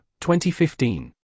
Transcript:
2015